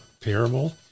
parable